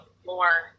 more